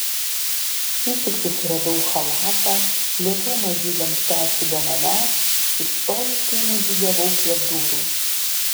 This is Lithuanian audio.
šįsyk susiradau chalatą liepiau mažyliams tęsti be manęs ir stojiškai nužygiavau prie durų